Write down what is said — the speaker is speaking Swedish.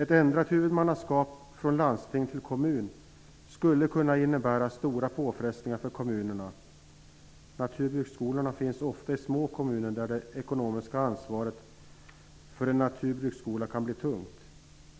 Ett ändrat huvudmannaskap från landsting till kommun skulle kunna innebära stora påfrestningar för kommunerna. Naturbruksskolorna finns ofta i små kommuner där det ekonomiska ansvaret för en naturbruksskola kan bli tungt.